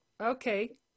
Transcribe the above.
okay